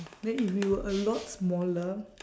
then if you were a lot smaller